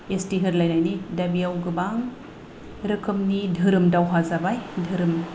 ST होलायनायनि दा बेयाव गोबां रोखोमनि धोरोम दावहा जाबाय धोरोम